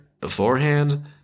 beforehand